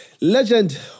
legend